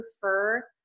prefer